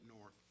north